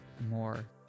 more